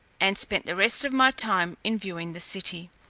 and spent the rest of my time in viewing the city,